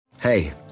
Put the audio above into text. Hey